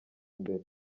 imbere